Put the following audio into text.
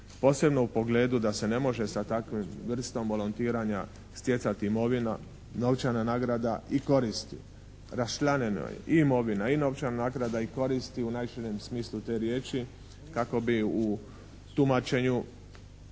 posebno u pogledu da se ne može sa takvom vrstom volontiranja stjecati imovina, novčana nagrada i koristi. Raščlanjeno je i imovina, i novčana nagrada i koristi u najširem smislu te riječi kako bi u tumačenju